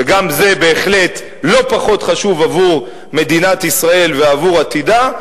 וגם זה בהחלט לא פחות חשוב עבור מדינת ישראל ועבור עתידה,